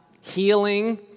healing